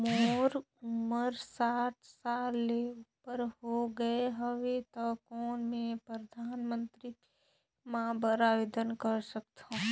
मोर उमर साठ साल ले उपर हो गे हवय त कौन मैं परधानमंतरी बीमा बर आवेदन कर सकथव?